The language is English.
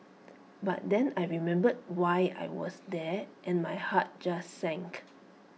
but then I remembered why I was there and my heart just sank